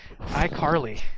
iCarly